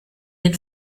den